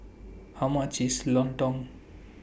How much IS Lontong